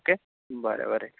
okay बरे बरे